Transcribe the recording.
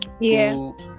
yes